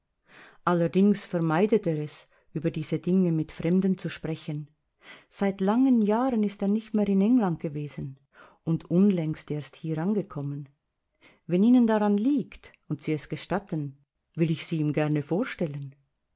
allerdings vermeidet er es über diese dinge mit fremden zu sprechen seit langen jahren ist er nicht mehr in england gewesen und unlängst erst hier angekommen wenn ihnen daran liegt und sie es gestatten will ich sie ihm gern vorstellen